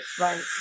right